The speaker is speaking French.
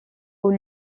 aux